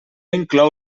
inclou